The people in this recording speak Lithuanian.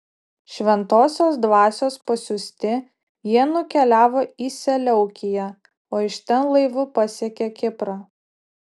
šventosios dvasios pasiųsti jie nukeliavo į seleukiją o iš ten laivu pasiekė kiprą